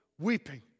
weeping